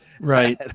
Right